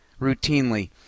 routinely